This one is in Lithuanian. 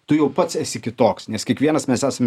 tu jau pats esi kitoks nes kiekvienas mes esam